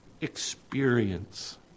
experience